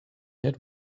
had